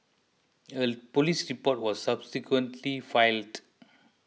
a police report was subsequently filed